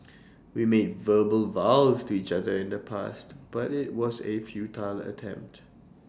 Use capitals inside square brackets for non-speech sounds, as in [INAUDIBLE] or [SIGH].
we made verbal vows to each other in the past but IT was A futile attempt [NOISE]